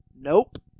Nope